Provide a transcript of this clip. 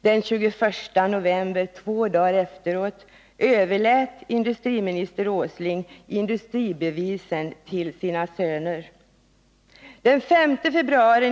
Den 21 november -— två dagar efteråt — överlät industriminister Åsling industribevisen till sina söner.